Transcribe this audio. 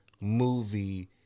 movie